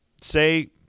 say –